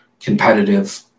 Competitive